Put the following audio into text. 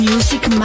Music